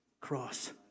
cross